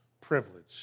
privilege